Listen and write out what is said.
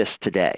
today